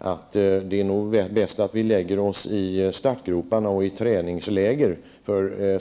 att det nog är bäst att vi ställer oss i startgroparna och lägger oss i träningsläger.